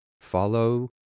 follow